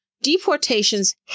deportations